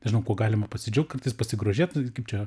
nežinau kuo galima pasidžiaugt kartais pasigrožėt kaip čia